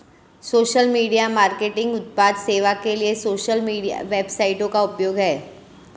social media marketing उत्पाद सेवा के लिए सोशल मीडिया वेबसाइटों का उपयोग है